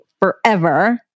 forever